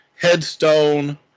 headstone